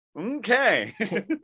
Okay